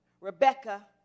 Rebecca